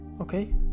okay